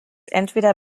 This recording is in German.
entweder